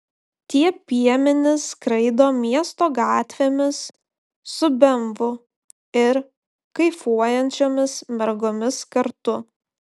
tie piemenys skraido miesto gatvėmis su bemvu ir kaifuojančiomis mergomis kartu